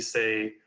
say,